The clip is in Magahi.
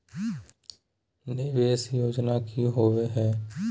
निवेस योजना की होवे है?